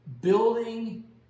building